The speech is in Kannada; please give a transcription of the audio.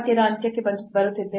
ಪಠ್ಯದ ಅಂತ್ಯಕ್ಕೆ ಬರುತ್ತಿದ್ದೇವೆ